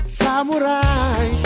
samurai